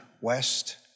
west